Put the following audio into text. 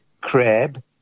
crab